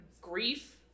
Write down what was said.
grief